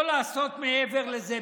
לא לעשות מעבר לזה,